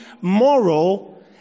moral